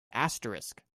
asterisk